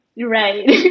right